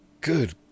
Good